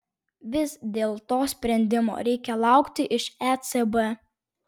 vis dėlto sprendimo reikia laukti iš ecb